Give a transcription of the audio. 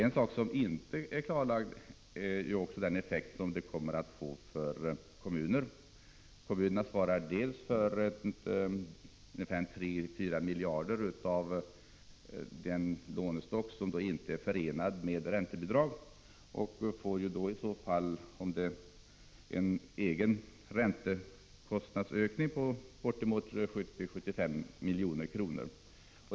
Något som inte klarlagts är vilken effekt förändringen kommer att få för kommunerna. Kommunerna svarar för 3-4 miljarder av den lånestock som inte är förenad med räntebidrag, och de får då en egen räntekostnadsökning på bortemot 70-75 milj.kr.